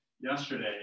yesterday